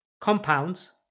compounds